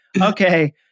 Okay